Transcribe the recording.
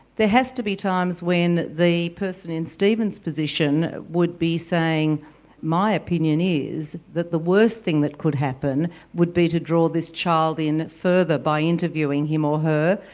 there has to be times when the person in steven's position would be saying my opinion is that the worst thing that could happen would be to draw this child in further, by interviewing him or her,